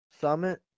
Summit